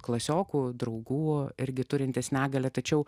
klasiokų draugų irgi turintys negalią tačiau